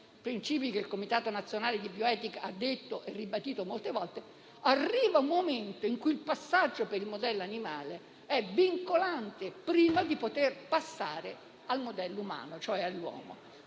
princìpi che il Comitato nazionale di bioetica ha esposto e ribadito molte volte. Arriva un momento in cui il passaggio per il modello animale è vincolante prima di poter passare al modello umano, cioè all'uomo.